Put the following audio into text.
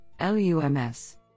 LUMS